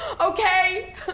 okay